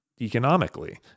economically